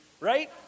right